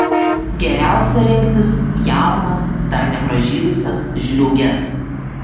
geriausia rinkti jaunas dar nepražydusias žliūges